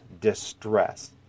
distress